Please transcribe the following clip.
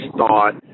thought